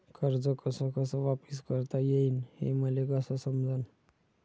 कर्ज कस कस वापिस करता येईन, हे मले कस समजनं?